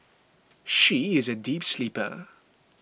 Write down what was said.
she is a deep sleeper